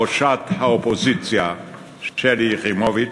ראשת האופוזיציה שלי יחימוביץ,